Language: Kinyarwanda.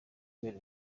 kubera